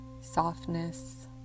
softness